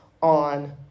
on